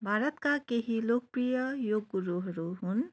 भारतका केही लोकप्रिय योग गुरुहरू हुन्